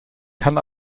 kann